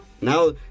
Now